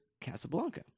Casablanca